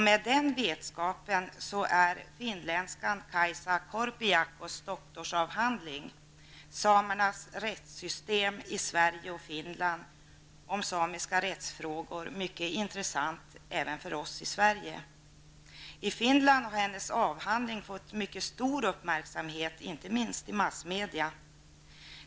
Med den vetskapen är finländskan Kaisa Korpijaakos doktorsavhandling om samiska rättsfrågor -- mycket intressant även för oss i Sverige. I Finland har hennes avhandling fått mycket stor uppmärksamhet, inte minst i massmedia.